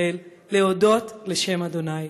לישראל להֹדות לשם אדוני.